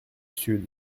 sud